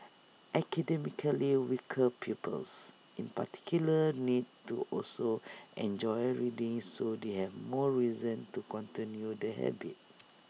academically weaker pupils in particular need to also enjoy reading so they have more reason to continue the habit